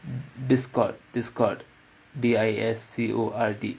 discord discord D I S C O R D